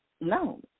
No